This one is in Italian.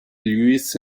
louis